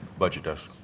budget desk.